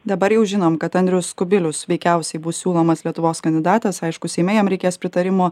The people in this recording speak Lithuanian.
dabar jau žinom kad andriaus kubiliaus veikiausiai bus siūlomas lietuvos kandidatas aišku seime jam reikės pritarimo